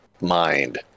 mind